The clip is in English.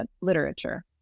literature